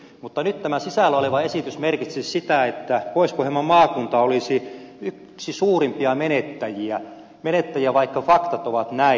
mutta nyt tämä sisällä oleva esitys merkitsisi sitä että pohjois pohjanmaan maakunta olisi yksi suurimpia menettäjiä vaikka faktat ovat näin